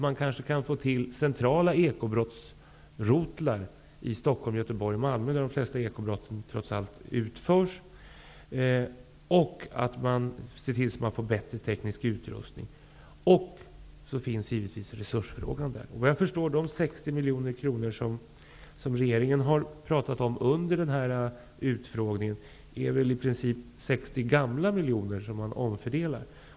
Man kanske kan få till centrala ekobrottsrotlar i Stockholm, Göteborg och Malmö, där de flesta ekobrotten trots allt utförs. Man bör också se till att man får bättre teknisk utrustning. Här har vi givetvis en resursfråga. Om jag har förstått det rätt är de 60 miljoner kronor som regeringen talade om under utfrågningen i princip 60 ''gamla'' miljoner som man omfördelar.